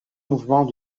mouvement